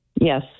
Yes